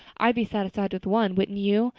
i'd be satisfied with one, wouldn't you?